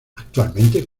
actualmente